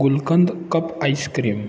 gulkand cup ice cream